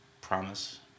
promise